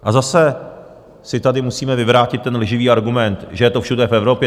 A zase si tady musíme vyvrátit ten lživý argument, že je to všude v Evropě.